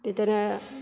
बिदिनो